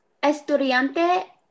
estudiante